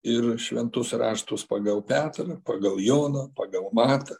ir šventus raštus pagal petrą pagal joną pagal matą